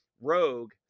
rogue